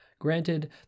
Granted